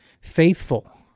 faithful